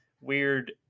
weird